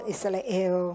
Israel